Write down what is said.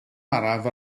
araf